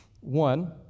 One